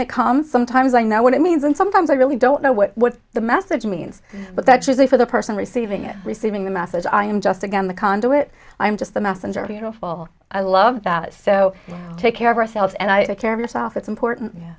that comes sometimes i know what it means and sometimes i really don't know what the message means but that's usually for the person receiving it receiving the masses i am just again the conduit i'm just the messenger beautiful i love that so take care of ourselves and i care of yourself that's important